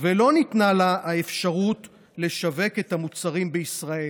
ולא ניתנה לה האפשרות לשווק את המוצרים בישראל.